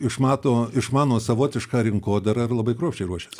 išmato išmano savotišką rinkodarą ir labai kruopščiai ruošias